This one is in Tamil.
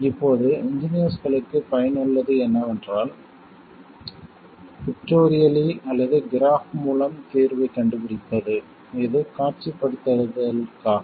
இப்போது இன்ஜினீயர்ஸ்களுக்குப் பயனுள்ளது என்னவென்றால் பிக்ட்டோரியல்லி அல்லது கிராஃப் மூலம் தீர்வைக் கண்டுபிடிப்பது இது காட்சிப்படுத்தலுக்காக